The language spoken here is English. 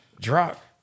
Drop